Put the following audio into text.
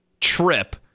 trip